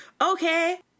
okay